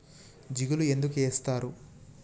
జిలుగు ఎందుకు ఏస్తరు?